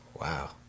Wow